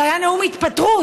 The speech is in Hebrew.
שהיה נאום התפטרות,